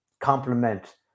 complement